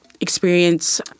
experience